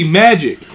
magic